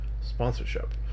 sponsorship